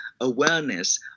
awareness